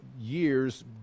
years